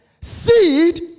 seed